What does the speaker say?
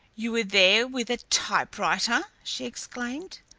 you were there with a typewriter? she exclaimed.